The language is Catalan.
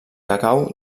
cacau